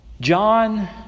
John